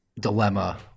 dilemma